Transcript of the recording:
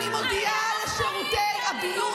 אני מודיעה לשירותי הביון